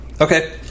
okay